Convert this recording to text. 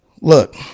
look